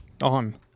on